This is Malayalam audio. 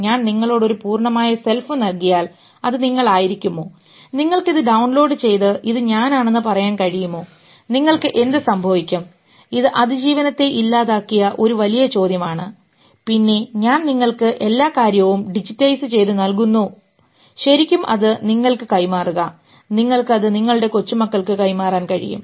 ഞാൻ നിങ്ങളോട് ഒരു പൂർണമായ സെൽഫ് നൽകിയാൽ അത് നിങ്ങളായിരിക്കുമോ നിങ്ങൾക്ക് ഇത് ഡൌൺലോഡ് ചെയ്ത് ഇത് ഞാനാണെന്ന് പറയാൻ കഴിയുമോ നിങ്ങൾക്ക് എന്ത് സംഭവിക്കും ഇത് അതിജീവനത്തെ ഇല്ലാതാക്കിയ ഒരു വലിയ ചോദ്യമാണ് പിന്നെ ഞാൻ നിങ്ങൾക്ക് എല്ലാ കാര്യവും ഡിജിറ്റൈസ് ചെയ്തു നൽകുന്നു ശരിക്കും അത് നിങ്ങൾക്ക് കൈമാറുക നിങ്ങൾക്ക് അത് നിങ്ങളുടെ കൊച്ചുമക്കൾക്ക് കൈമാറാൻ കഴിയും